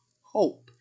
hope